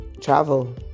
travel